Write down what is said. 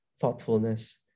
thoughtfulness